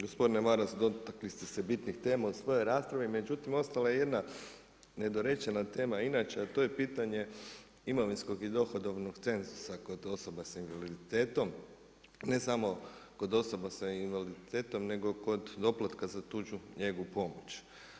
Gospodine Maras, dotakli ste se bitnih tema u svojoj raspravi, međutim ostala je jedna nedorečena tema inače a to je pitanje imovinskog i dohodovnog cenzusa kod osoba sa invaliditetom, ne samo kod osoba sa invaliditetom nego kod doplatka za tuđu njegu i pomoć.